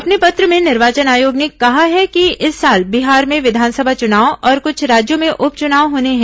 अपने पत्र में निर्वाचन आयोग ने कहा है कि इस साल बिहार में विधानसभा चुनाव और क्छ राज्यों में उप चुनाव होने हैं